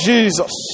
Jesus